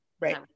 Right